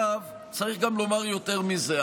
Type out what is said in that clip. צריך גם לומר יותר מזה,